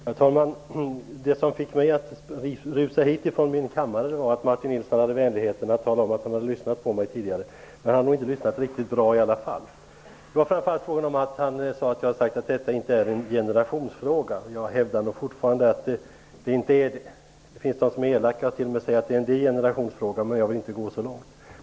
Herr talman! Det som fick mig att rusa hit var att Martin Nilsson hade vänligheten att tala om att han hade lyssnat på mig tidigare. Han hade nog inte lyssnat riktigt bra. Han sade att jag hade sagt att detta inte är en generationsfråga. Jag hävdar fortfarande att det inte är det. Det finns de som är elaka och t.o.m. säger att det är en degenerationsfråga, men jag vill inte gå så långt.